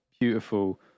beautiful